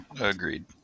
Agreed